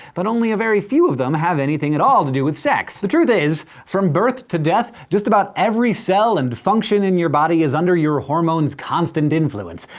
but only a very few of them have anything at all to do with sex. the truth is, from birth to death, just about every cell and function in your body is under your hormones' constant influence.